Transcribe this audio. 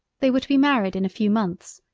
they were to be married in a few months,